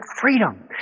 freedom